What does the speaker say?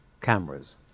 cameras